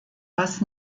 was